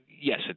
yes